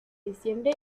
diciembre